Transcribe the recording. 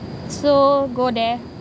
so go there